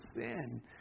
sin